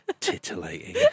titillating